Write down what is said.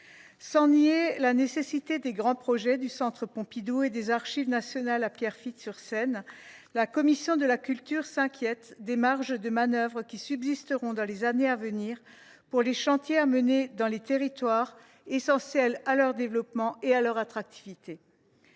sans nier la nécessité des grands projets du centre Pompidou et des Archives nationales à Pierrefitte sur Seine, la commission de la culture s’inquiète de la faiblesse des marges de manœuvre qui subsisteront pour les chantiers à mener au cours des années à venir dans les territoires, chantiers essentiels à leur développement et à leur attractivité.